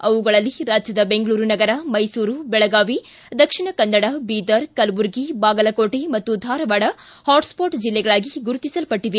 ಅವುಗಳಲ್ಲಿ ರಾಜ್ಯದ ಬೆಂಗಳೂರು ನಗರ ಮೈಸೂರು ಬೆಳಗಾವಿ ದಕ್ಷಿಣ ಕನ್ನಡ ಬೀದರ್ ಕಲಬುರಗಿ ಬಾಗಲಕೋಟೆ ಮತ್ತು ಧಾರವಾಡ ಹಾಟ್ಸ್ವಾಟ್ ಜಿಲ್ಲೆಗಳಾಗಿ ಗುರುತಿಸಲ್ಪಟ್ಟವೆ